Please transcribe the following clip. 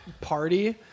party